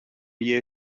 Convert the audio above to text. year